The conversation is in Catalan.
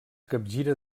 capgira